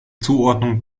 zuordnung